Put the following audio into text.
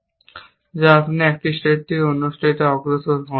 যা যখন আপনি এক স্টেট থেকে অন্য স্টেটে অগ্রসর হন